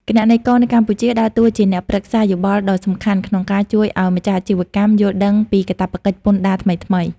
គណនេយ្យករនៅកម្ពុជាដើរតួជាអ្នកប្រឹក្សាយោបល់ដ៏សំខាន់ ក្នុងការជួយឱ្យម្ចាស់អាជីវកម្មយល់ដឹងពីកាតព្វកិច្ចពន្ធដារថ្មីៗ។